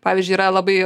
pavyzdžiui yra labai